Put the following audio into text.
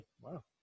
Wow